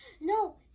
No